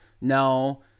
no